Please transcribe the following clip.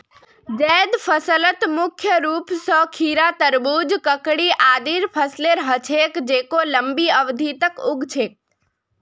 जैद फसलत मुख्य रूप स खीरा, तरबूज, ककड़ी आदिर फसलेर ह छेक जेको लंबी अवधि तक उग छेक